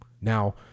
Now